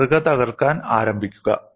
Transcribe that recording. മാതൃക തകർക്കാൻ ആരംഭിക്കുക